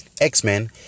X-Men